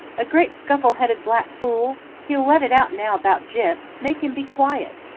a great scuffle-headed black fool! he'll let it out now about gyp. make him be quiet.